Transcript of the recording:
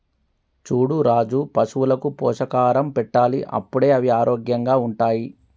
చూడు రాజు పశువులకు పోషకాహారం పెట్టాలి అప్పుడే అవి ఆరోగ్యంగా ఉంటాయి